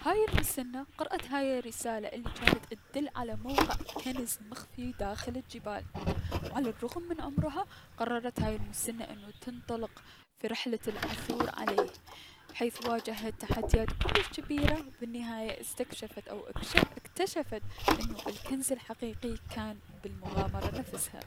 هاي المسنة قرأت هاي الرسالة الي جانت اتدل على موقع كنز مخفي داخل الجبال و على الرغم من عمرها، قررت هاي المسنة انو تنطلق فرحلة العثور عليه حيث واجهت تحديات كلش جبيرة بالنهاية استكشفت او اكتشفت انو الكنز الحقيقي كان بلمغامرة نفسها.